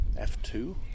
f2